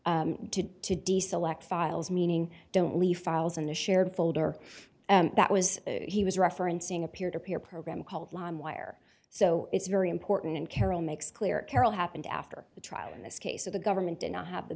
him to to diesel x files meaning don't leave files in a shared folder that was he was referencing a peer to peer program called wire so it's very important and carol makes clear carol happened after the trial in this case of the government did not have the